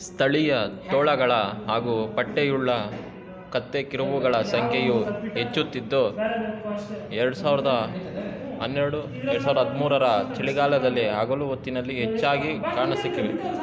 ಸ್ಥಳೀಯ ತೋಳಗಳ ಹಾಗು ಪಟ್ಟೆಯುಳ್ಳ ಕತ್ತೆಕಿರುಬಗಳ ಸಂಖ್ಯೆಯು ಹೆಚ್ಚುತ್ತಿದ್ದು ಎರ್ಡು ಸಾವಿರ್ದ ಹನ್ನೆರಡು ಎರ್ಡು ಸಾವ್ರ್ದ ಹದಿಮೂರರ ಚಳಿಗಾಲದಲ್ಲಿ ಹಗಲು ಹೊತ್ತಿನಲ್ಲಿ ಹೆಚ್ಚಾಗಿ ಕಾಣಸಿಕ್ಕಿವೆ